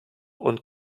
und